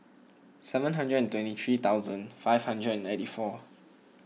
seven hundred and twenty three thousand five hundred and ninety four